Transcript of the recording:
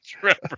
Trevor